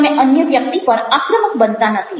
તમે અન્ય વ્યક્તિ પર આક્રમક બનતા નથી